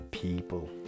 people